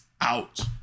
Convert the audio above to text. out